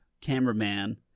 cameraman